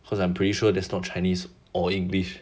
cause I'm pretty sure there's not chinese or english